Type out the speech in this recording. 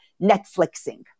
Netflixing